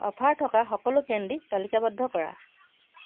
offer থকা সকলো candy তালিকাবদ্ধ কৰা